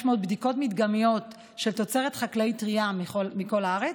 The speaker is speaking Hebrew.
בדיקות מדגמיות של תוצרת חקלאית טרייה מכל הארץ.